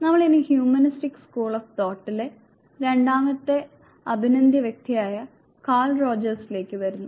നമ്മൾ ഇനി humanistic school of തോട്ടിലെ രണ്ടാമത്തെ അഭിനന്ദ്യ വ്യക്തിയായ കാൾ റോജേഴ്സിലേക്ക് വരുന്നു